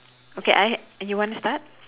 okay I you wanna start